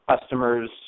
customers